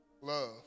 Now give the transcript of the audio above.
Love